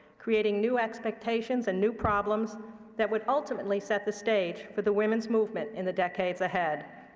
creating new expectations and new problems that would ultimately set the stage for the women's movement in the decades ahead.